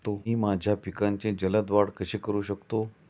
मी माझ्या पिकांची जलद वाढ कशी करू शकतो?